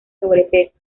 sobrepeso